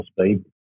speed